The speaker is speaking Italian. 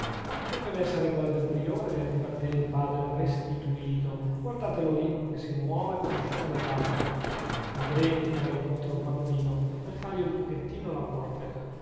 non dev'essere quella del priore ribattè il padre restituto guardatelo lì che si muove per uscire dall'atrio vedrete che va incontro al padrino per fargli un pochettino la corte